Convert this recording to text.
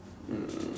mm